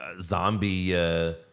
zombie